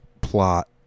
plot